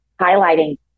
highlighting